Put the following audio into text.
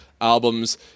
albums